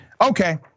Okay